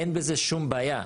אין בזה שום בעיה.